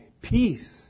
peace